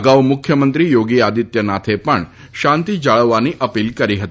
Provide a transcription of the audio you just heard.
અગાઉ મુખ્યમંત્રી યોગી આદિત્યનાથે પણ શાંતિ જાળવવાની અપીલ કરી હતી